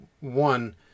one